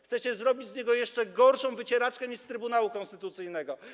Chcecie zrobić z niego jeszcze gorszą wycieraczkę niż z Trybunału Konstytucyjnego.